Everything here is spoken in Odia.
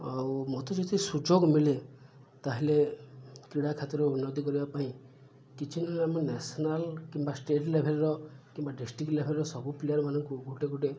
ଆଉ ମତେ ଯଦି ସୁଯୋଗ ମିଳେ ତା'ହେଲେ କ୍ରୀଡ଼ା କ୍ଷେତ୍ରରେ ଉନ୍ନତି କରିବା ପାଇଁ କିଛି ନହେଲେ ଆମେ ନ୍ୟାସନାଲ୍ କିମ୍ବା ଷ୍ଟେଟ୍ ଲେଭେଲ୍ର କିମ୍ବା ଡିଷ୍ଟ୍ରିକ୍ ଲେଭେଲ୍ର ସବୁ ପ୍ଲେୟର୍ ମାନଙ୍କୁ ଗୋଟେ ଗୋଟେ